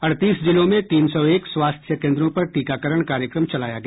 अड़तीस जिलों में तीन सौ एक स्वास्थ्य केंद्रों पर टीकाकरण कार्यक्रम चलाया गया